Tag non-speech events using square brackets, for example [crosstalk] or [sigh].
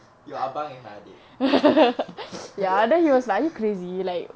your abang is my adik [noise]